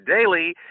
Daily